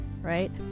Right